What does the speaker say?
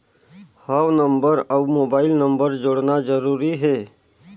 हव नंबर अउ mobile number जोड़ना जरूरी हे?